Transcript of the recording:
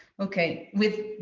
okay. with